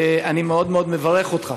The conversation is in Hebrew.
אני מאוד מאוד מברך אותך